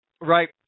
Right